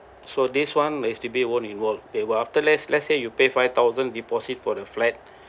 so this one H_D_B won't involved they will after let's let's say after you pay five thousand deposit for the flat